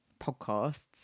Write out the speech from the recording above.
podcasts